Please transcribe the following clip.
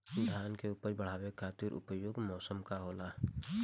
धान के उपज बढ़ावे खातिर उपयुक्त मौसम का होला?